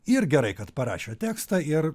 ir gerai kad parašė tekstą ir